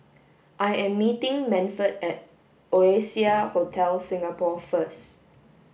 I am meeting Manford at Oasia Hotel Singapore first